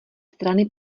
strany